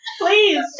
please